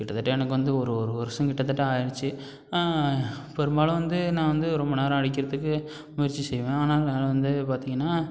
கிட்டத்தட்ட எனக்கு வந்து ஒரு ஒரு வருஷம் கிட்டத்தட்ட ஆயிடுச்சு பெரும்பாலும் வந்து நான் வந்து ரொம்ப நேரம் அடிக்கிறதுக்கு முயற்சி செய்வேன் ஆனால் நான் வந்து பார்த்திங்கன்னா